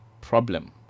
problem